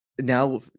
Now